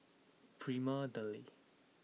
Prima Deli